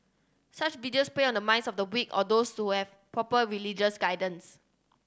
such videos prey on the minds of the weak or those so have proper religious guidance